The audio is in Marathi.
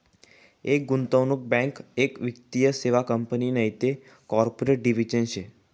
एक गुंतवणूक बँक एक वित्तीय सेवा कंपनी नैते कॉर्पोरेट डिव्हिजन शे